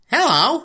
Hello